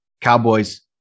Cowboys